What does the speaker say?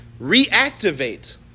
reactivate